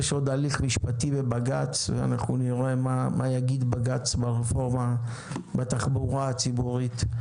יש עוד הליך משפטי בבג"ץ ונראה מה יגיד בג"ץ ברפורמה בתחבורה הציבורית.